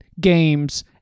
games